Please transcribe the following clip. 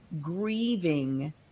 grieving